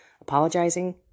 apologizing